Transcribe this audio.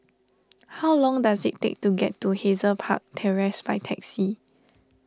how long does it take to get to Hazel Park Terrace by taxi